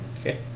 Okay